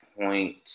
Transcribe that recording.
point